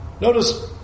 Notice